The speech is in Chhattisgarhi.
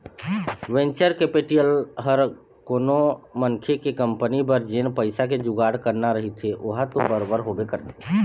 वेंचर कैपेटिल ह कोनो मनखे के कंपनी बर जेन पइसा के जुगाड़ कराना रहिथे ओहा तो बरोबर होबे करथे